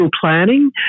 planning